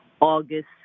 August